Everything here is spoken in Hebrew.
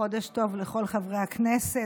חודש טוב לכל חברי הכנסת,